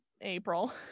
April